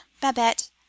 babette